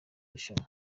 rushanwa